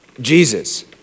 Jesus